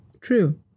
True